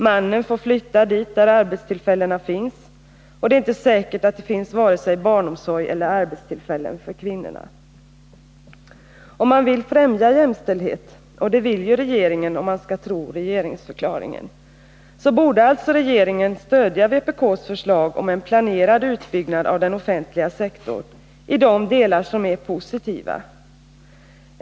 Mannen får flytta dit där arbetstillfällena finns, och det är inte säkert att det där finns vare sig barnomsorg eller arbetstillfällen för kvinnorna. Om regeringen vill främja jämställdhet — och det vill den ju, om man skall tro regeringsförklaringen — så borde den stödja vpk:s förslag om en planerad utbyggnad av den offentliga sektorn i de delar som är positiva.